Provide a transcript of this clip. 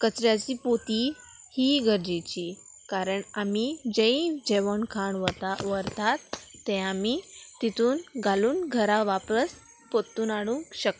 कचऱ्याची पोती ही गरजेची कारण आमी जें जेवण खाण वता व्हरतात तें आमी तितून घालून घरा वापस पोत्तून हाडूंक शकता